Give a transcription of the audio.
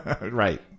Right